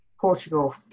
Portugal